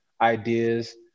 ideas